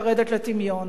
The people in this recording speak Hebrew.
לרדת לטמיון.